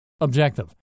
Objective